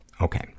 Okay